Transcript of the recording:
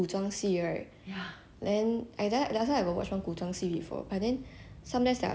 sometimes their chinese like too cheem ya I a bit like 我不明白 sia 在讲什么 then I'll need